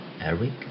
Eric